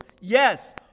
Yes